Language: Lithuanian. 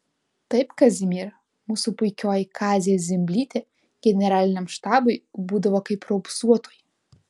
taip kazimiera mūsų puikioji kazė zimblytė generaliniam štabui būdavo kaip raupsuotoji